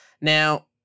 Now